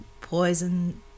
Poison